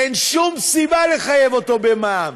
אין שום סיבה לחייב אותו במע"מ.